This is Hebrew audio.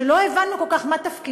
שלא הבנו כל כך מה תפקידו,